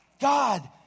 God